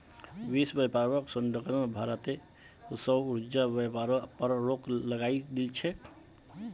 विश्व व्यापार संगठन भारतेर सौर ऊर्जाक व्यापारेर पर रोक लगई दिल छेक